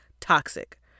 toxic